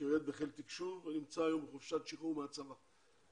שירת בחיל תקשוב ונמצא היום בחופשת שחרור מהצבא.